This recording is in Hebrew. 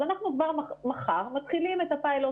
אז אנחנו כבר מחר מתחילים את הפיילוט